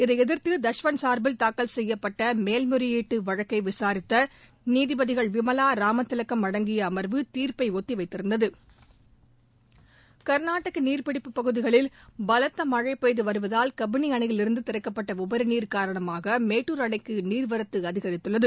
இதை எதிர்த்து தஷ்வந்த் சார்பில் தாக்கல் செய்யப்பட்ட மேல்முறையீட்டு வழக்கை விசாரித்த நீதிபதிகள் விமலா ராமதிலகம் அடங்கிய அம்வு தீர்ப்பை ஒத்திவைத்திருந்தது கள்நாடக நீர்ப்பிடிப்பு பகுதிகளில் பலத்த மழை பெய்து வருவதால் கபினி அணையிலிருந்து திறக்கப்பட்ட உபரி நீர் காரணமாக மேட்டூர் அணைக்கு நீர்வரத்து அதிகரித்துள்ளது